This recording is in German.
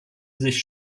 sich